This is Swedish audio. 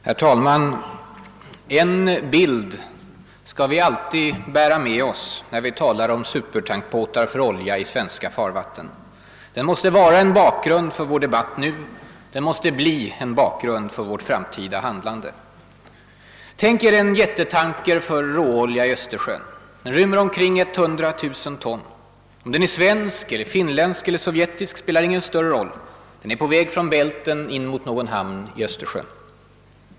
Herr talman! En bild skall vi alltid bära med oss när vi talar om supertankbåtar för olja i svenska farvatten. Den måste vara en bakgrund för vår debatt nu, den måste bli en bakgrund för vårt framtida handlande. Tänk er en jättetanker för råolja i Östersjön. Den rymmer omkring 100 000 ton. Om den är svensk, finländsk eller sovjetisk spelar ingen större roll. Den är på väg från Bälten in mot någon hamn i Östersjön.